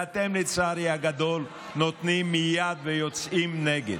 אתם, לצערי הגדול, נותנים יד ויוצאים נגד.